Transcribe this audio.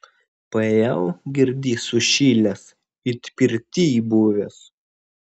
paėjau girdi sušilęs it pirtyj buvęs